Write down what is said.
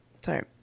Sorry